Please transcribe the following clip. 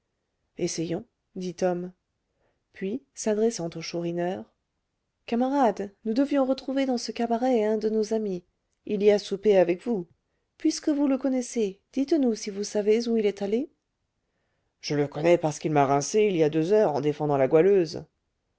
dit tom puis s'adressant au chourineur camarade nous devions retrouver dans ce cabaret un de nos amis il y a soupé avec vous puisque vous le connaissez dites-nous si vous savez où il est allé je le connais parce qu'il m'a rincé il y a deux heures en défendant la goualeuse